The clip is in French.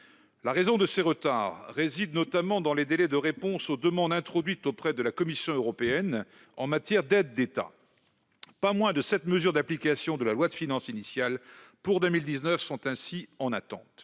La raison de ce retard réside notamment dans les délais de réponse aux demandes introduites auprès de la Commission européenne en matière d'aides d'État. Pas moins de sept mesures d'application de la loi de finances initiale pour 2019 sont ainsi en attente.